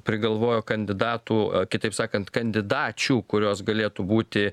prigalvojo kandidatų kitaip sakant kandidačių kurios galėtų būti